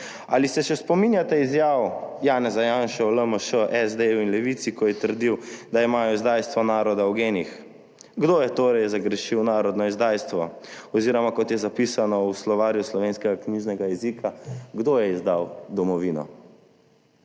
Ali se še spominjate izjav Janeza Janše o LMŠ, SD in Levici, ko je trdil, da imajo izdajstvo naroda v genih? Kdo je torej zagrešil narodno izdajstvo, oziroma kot je zapisano v Slovarju slovenskega knjižnega jezika, kdo je izdal domovino?